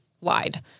lied